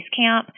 Basecamp